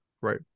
right